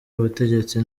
abategetsi